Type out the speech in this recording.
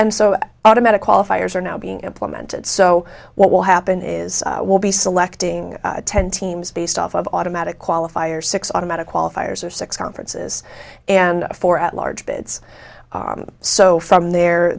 and so automatic qualifiers are now being implemented so what will happen is we'll be selecting ten teams based off of automatic qualifier six automatic qualifiers or six conferences and four at large bits so from there